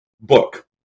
book